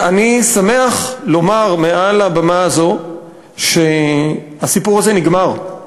אני שמח לומר מעל הבמה הזאת שהסיפור הזה נגמר,